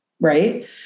right